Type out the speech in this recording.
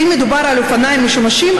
ואם מדובר על אופניים משומשים,